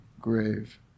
grave